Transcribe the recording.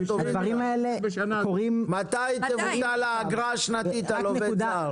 הדברים האלה קורים עכשיו --- מתי תבוטל האגרה השנתית על עובד זר?